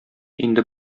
инде